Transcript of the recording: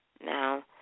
now